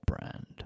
brand